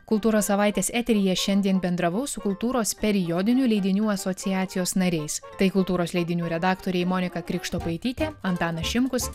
kultūros savaitės eteryje šiandien bendravau su kultūros periodinių leidinių asociacijos nariais tai kultūros leidinių redaktoriai monika krikštopaitytė antanas šimkus